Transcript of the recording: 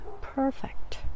perfect